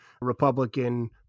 Republican